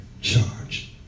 charge